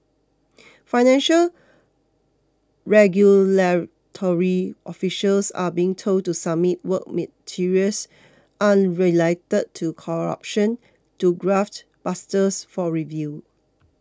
financial regulatory officials are being told to submit work materials unrelated to corruption to graft busters for review